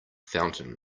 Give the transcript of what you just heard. fountain